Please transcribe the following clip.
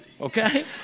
okay